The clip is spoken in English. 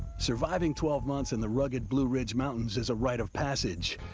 surviving twelve months in the rugged blue ridge mountains is a rite of passage,